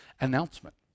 announcement